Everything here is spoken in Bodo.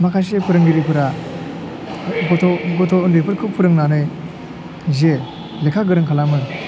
माखासे फोरोंगिरिफोरा गथ' उन्दैफोरखौ फोरोंनानै जे लेखा गोरों खालामो